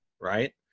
right